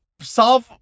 solve